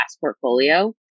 portfolio